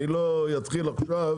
אני לא אתחיל עכשיו